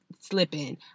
slipping